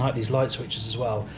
um these light switches as well,